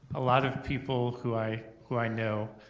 a lot of people who i who i know